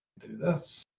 this.